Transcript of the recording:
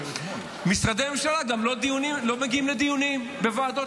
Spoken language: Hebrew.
משרדי הממשלה גם לא מגיעים לדיונים בוועדות,